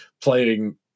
playing